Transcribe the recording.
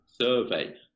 survey